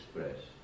express